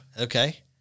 Okay